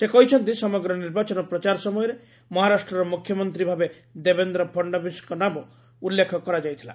ସେ କହିଛନ୍ତି ସମଗ୍ର ନିର୍ବାଚନ ପ୍ରଚାର ସମୟରେ ମହାରାଷ୍ଟ୍ରର ମୁଖ୍ୟମନ୍ତ୍ରୀ ଭାବେ ଦେବେନ୍ଦ୍ର ଫଡ଼୍ନବୀଶଙ୍କ ନାମ ଉଲ୍ଲେଖ କରାଯାଇଥିଲା